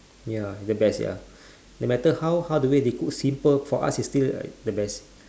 ya the best ya no matter how how the way they cook simple for us it's still like the best